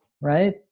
right